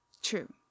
true